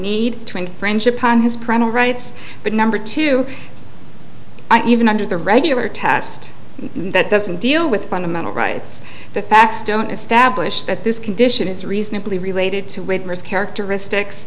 need to infringe upon his parental rights but number two i even under the regular test that doesn't deal with fundamental rights the facts don't establish that this condition is reasonably related to reverse characteristics